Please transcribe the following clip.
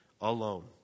alone